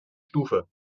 stufe